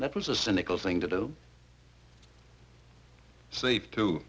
that was a cynical thing to do say to